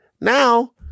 Now